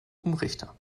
umrichter